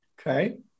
Okay